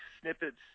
snippets